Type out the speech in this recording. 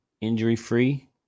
injury-free